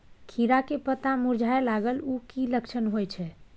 खीरा के पत्ता मुरझाय लागल उ कि लक्षण होय छै?